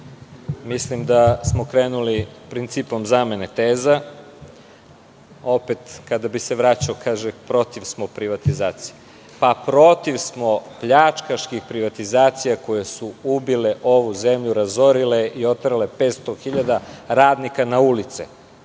Mislim da smo krenuli principom zamene teza. Opet, kad bih se vraćao, protiv smo privatizacije. Protiv smo pljačkaških privatizacija koje su ubile ovu zemlju, razorile i oterale 500 hiljada radnika na ulice.